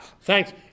Thanks